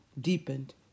deepened